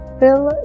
fill